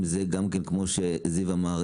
אם זה גם כן כמו שזיו אמר,